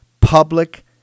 Public